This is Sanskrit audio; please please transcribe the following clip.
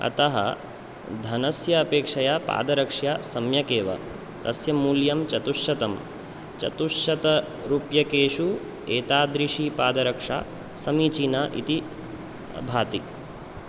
अतः धनस्य अपेक्षया पादरक्षा सम्यक् एव तस्य मूल्यं चतुश्शतं चतुश्शतरूप्यकेषु एतादृशी पादरक्षा समीचीना इति भाति